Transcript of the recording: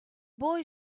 boy